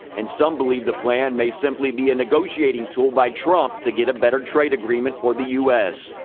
and some believe the plan may simply be a negotiating tool by trump to get a better trade agreement for the u s.